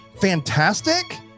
fantastic